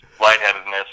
lightheadedness